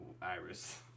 Iris